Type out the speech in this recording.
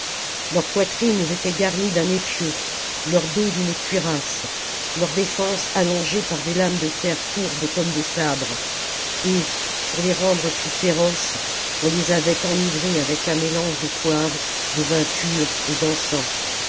leurs poitrines étaient garnies d'un épieu leurs dos d'une cuirasse leurs défenses allongées par des lames de fer courbes comme des sabres et pour les rendre plus féroces on les avait enivrés avec un mélange de poivre de vin pur et d'encens